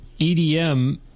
EDM